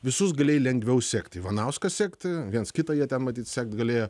visus galėjai lengviau sekti ivanauską sekt viens kitą jie ten matyt sekti galėjo